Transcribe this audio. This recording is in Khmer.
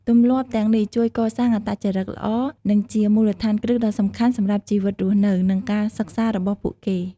ទម្លាប់ទាំងនេះជួយកសាងអត្តចរិតល្អ និងជាមូលដ្ឋានគ្រឹះដ៏សំខាន់សម្រាប់ជីវិតរស់នៅ និងការសិក្សារបស់ពួកគេ។